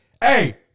hey